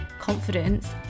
confidence